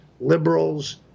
liberals